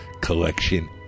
collection